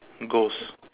ghost